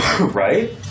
Right